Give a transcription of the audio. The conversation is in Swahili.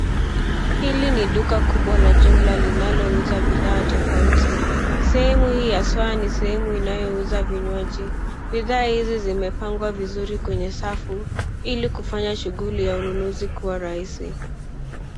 Hili ni duka kubwa la jumla linalouza bidhaa tofauti. Sehemu hii haswa ni sehemu inayouza vinywaji. Bidhaa hizi zimepangwa vizuri kwenye safu ili kufanya shughuli ya ununuzi kuwa rahisi.